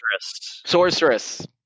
Sorceress